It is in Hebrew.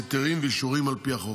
היתרים ואישורים על פי החוק.